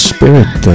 Spirit